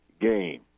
game